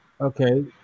Okay